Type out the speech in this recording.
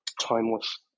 timeless